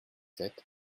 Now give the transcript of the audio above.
sept